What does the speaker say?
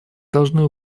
должны